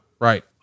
Right